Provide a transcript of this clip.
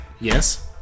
Yes